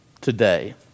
Today